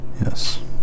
Yes